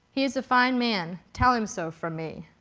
he is a fine man. tell him so for me.